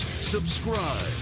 subscribe